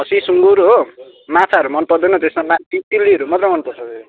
खसी सुँगुर हो माछाहरू मन पर्दैन त्यसमा मात्रै मन पर्छ फेरि